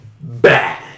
bad